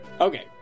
okay